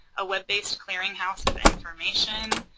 a web-based clearinghouse of information,